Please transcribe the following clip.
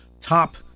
top